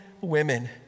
women